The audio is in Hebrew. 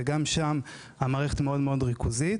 שגם היא מאוד ריכוזית.